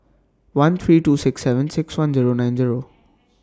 one three two six seven six one Zero nine Zero